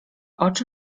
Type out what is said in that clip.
oczy